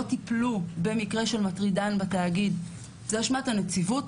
טיפלו במקרה של מטרידן בתאגיד זה אשמת הנציבות.